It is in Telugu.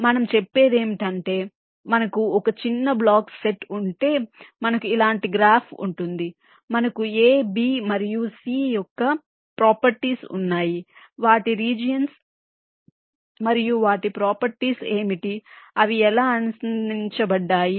కాబట్టి మనం చెప్పేది ఏమిటంటే మనకు ఒక చిన్న బ్లాక్స్ సెట్ ఉంటే మనకు ఇలాంటి గ్రాఫ్ ఉంది మనకు a b మరియు c యొక్క ప్రాపర్టీస్ ఉన్నాయి వాటి రీజియన్స్ మరియు వాటి ప్రాపర్టీస్ ఏమిటి అవి ఎలా అనుసంధానించబడి ఉన్నాయి